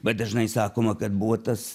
bet dažnai sakoma kad buvo tas